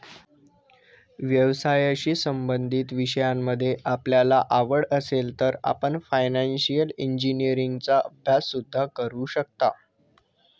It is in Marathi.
व्यवसायाशी संबंधित विषयांमध्ये आपल्याला आवड असेल तर आपण फायनान्शिअल इंजिनीअरिंगचा अभ्यास सुद्धा करू शकता